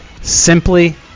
simply